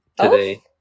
today